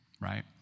Right